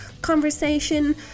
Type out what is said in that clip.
conversation